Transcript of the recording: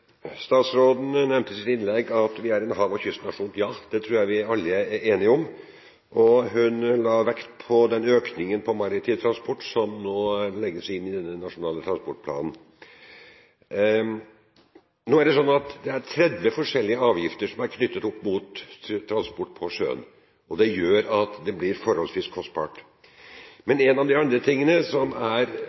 Statsråden nevnte i sitt innlegg at vi er en hav- og kystnasjon. Ja, det tror jeg vi alle er enige om. Hun la vekt på den økningen innen maritim transport som nå legges inn i denne nasjonale transportplanen. Nå er det sånn at det er 30 forskjellige avgifter som er knyttet opp mot transport på sjøen, og det gjør at det blir forholdsvis kostbart. Men noe annet som er